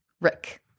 Rick